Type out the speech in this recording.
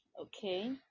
Okay